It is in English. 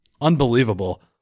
Unbelievable